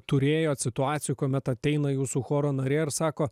turėjot situacijų kuomet ateina jūsų choro narė ir sako